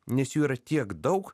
nes jų yra tiek daug